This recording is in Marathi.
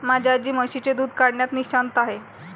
माझी आजी म्हशीचे दूध काढण्यात निष्णात आहे